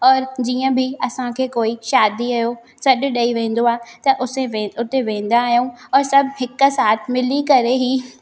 और जीअं बि असांखे कोई शादीअ जो सॾु ॾई वेंदो आहे त उसे हुते वेंदा आहियूं और सभु हिक साथ मिली करे ई